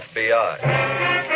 FBI